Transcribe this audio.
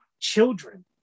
children